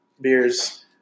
beers